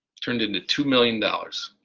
turned into two million dollars.